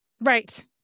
right